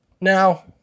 Now